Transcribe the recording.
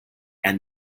and